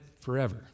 forever